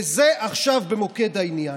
וזה עכשיו במוקד העניין.